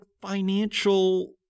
financial